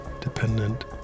Dependent